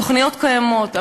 התוכניות קיימות.